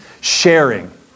Sharing